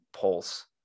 pulse